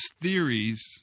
theories